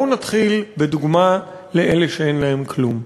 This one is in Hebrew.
בואו נתחיל בדוגמה לאלה שאין להם כלום: